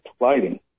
lighting